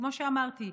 וכמו שאמרתי,